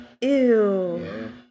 Ew